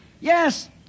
Yes